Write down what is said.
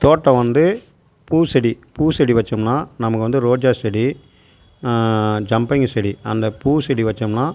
தோட்டம் வந்து பூ செடி பூ செடி வச்சோம்னா நமக்கு வந்து ரோஜா செடி ஜம்பங்கி செடி அந்த பூ செடி வச்சோம்னா